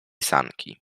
sanki